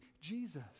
Jesus